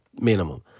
Minimum